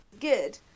good